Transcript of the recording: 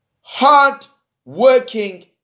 hard-working